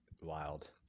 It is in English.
wild